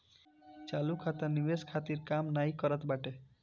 चालू खाता निवेश खातिर काम नाइ करत बाटे